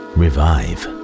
revive